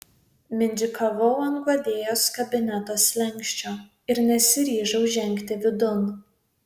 mindžikavau ant guodėjos kabineto slenksčio ir nesiryžau žengti vidun